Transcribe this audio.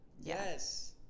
Yes